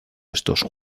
estos